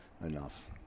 enough